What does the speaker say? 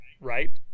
Right